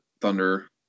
Thunder